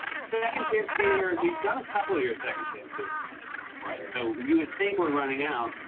second chance theater we've done a couple of your second chance theaters at ah this point. so you would think we're running out.